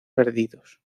perdidos